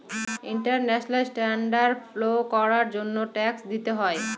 international standard follow করার জন্য tax দিতে হয়